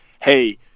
hey